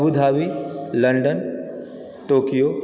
Abu Dhabi London Tokyo